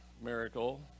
miracle